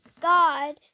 God